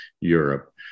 Europe